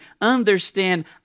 understand